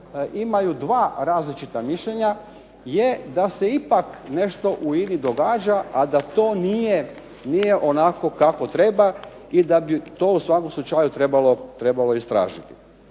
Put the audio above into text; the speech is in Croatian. imaju 2 različita mišljenja je da se ipak nešto u INA-i događa, a da to nije onako kako treba i da bi to u svakom slučaju trebalo istražiti.